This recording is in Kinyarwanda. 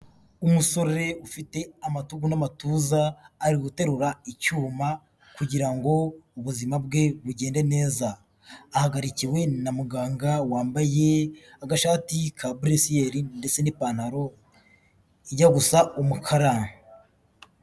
Umusore ufite amatugu n'amatuza ari guterura icyuma kugira ngo ubuzima bwe bugende neza, ahagarikiwe na muganga wambaye agashati ka buresiyeri ndetse n'ipantaro ijya gusa umukara.